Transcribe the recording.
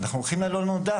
אנחנו הולכים אל הלא נודע.